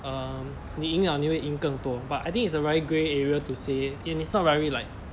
um 你赢了你会赢更多 but I think it's a very grey area to say and it's not very like